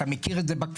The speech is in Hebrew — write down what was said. אתה מכיר את זה בכפרים,